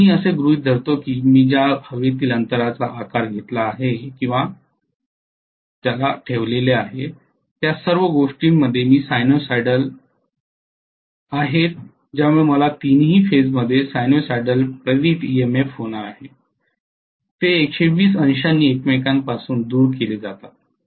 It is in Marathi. आणि मी असे गृहीत धरतो की मी ज्या हवेतील अंतराचा आकार घेतला आहे किंवा वाऱ्यावर ठेवले आहे त्या सर्व गोष्टी मी सायनोसोइडल आहेत ज्यामुळे मला तीनही फेज मध्ये सायनोसोइडल इंड्यूज्ड ईएमएफ होणार आहे ते १२० अंशांनी एकमेकांपासून दूर केले जातात